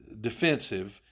defensive